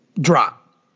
drop